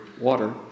water